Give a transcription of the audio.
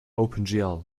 opengl